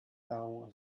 down